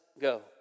go